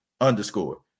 underscore